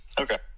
Okay